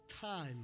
Time